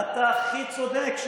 נניח שאתה הכי צודק.